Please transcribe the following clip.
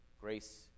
grace